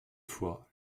fois